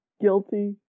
guilty